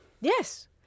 yes